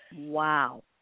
Wow